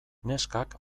neskak